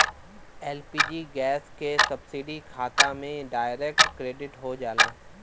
LPG gas क subsidy खाता में डायरेक्ट क्रेडिट हो जाला